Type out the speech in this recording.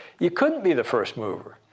you couldn't be the first mover.